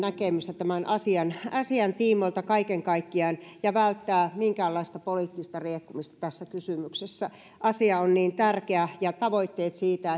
tämän asian asian tiimoilta kaiken kaikkiaan ja välttää minkäänlaista poliittista riekkumista tässä kysymyksessä asia on niin tärkeä tavoitteet siitä